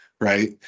right